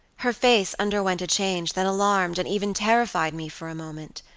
her face underwent a change that alarmed and even terrified me for a moment.